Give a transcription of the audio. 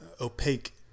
opaque